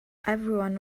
everyone